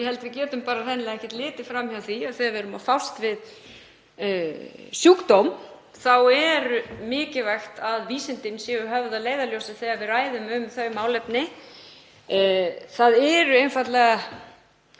Ég held að við getum hreinlega ekkert litið fram hjá því að þegar við erum að fást við sjúkdóm þá er mikilvægt að vísindin séu höfð að leiðarljósi þegar við ræðum um þau málefni. Sumt eru hreinlega